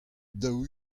daou